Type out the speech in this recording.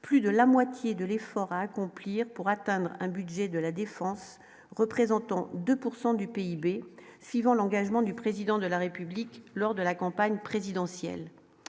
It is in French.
plus de la moitié de l'effort à accomplir pour atteindre un budget de la Défense, représentant 2 pourcent du PIB suivant l'engagement du président de la République lors de la campagne présidentielle